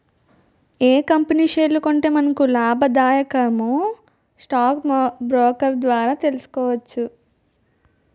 ఏ company షేర్లు కొంటే మనకు లాభాదాయకమో స్టాక్ బ్రోకర్ ద్వారా తెలుసుకోవచ్చు